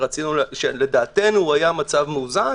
שלדעתנו היה מאוזן,